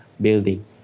building